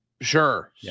sure